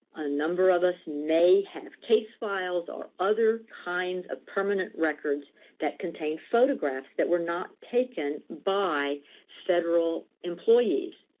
a number of us may have case files or other kinds of permanent records that contain photographs that were not taken by federal employees.